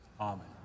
Amen